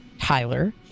Tyler